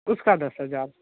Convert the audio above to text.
उसका दस हज़ार